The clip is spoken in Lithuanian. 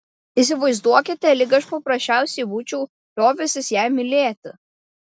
įsivaizduokite lyg aš paprasčiausiai būčiau liovęsis ją mylėti